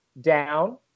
down